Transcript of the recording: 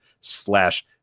slash